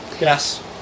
Yes